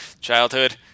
childhood